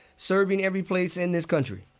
serving every place in this country